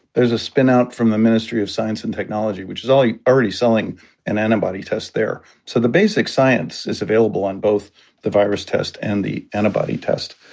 there's a spin out from the ministry of science and technology, which is already selling an antibody test there. so the basic science is available on both the virus test and the antibody test.